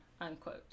unquote